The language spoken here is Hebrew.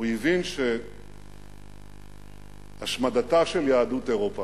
הוא הבין שהשמדתה של יהדות אירופה,